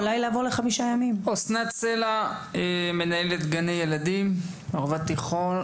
אסנת סלע, מנהלת גני ילדים בערבה התיכונה.